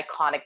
iconic